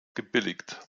gebilligt